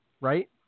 Right